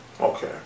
Okay